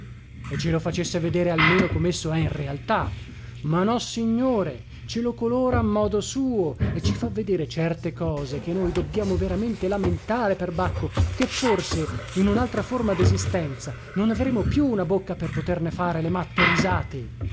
e ce lo facesse vedere almeno comesso è in realtà ma nossignore ce lo colora a modo suo e ci fa vedere certe cose che noi dobbiamo veramente lamentare perbacco che forse in unaltra forma desistenza non avremo più una bocca per poterne fare le matte risate